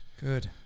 Good